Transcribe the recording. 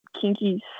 kinky